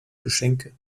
geschenke